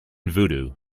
voodoo